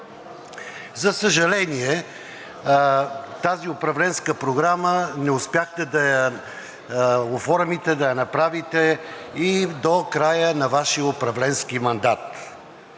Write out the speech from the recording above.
За съжаление, тази управленска програма не успяхте да я оформите, да я направите и до края на Вашия управленски мандат.